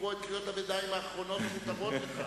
לקרוא את קריאות הביניים האחרונות הנותרות לך.